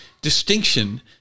distinction